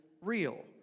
real